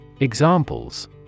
examples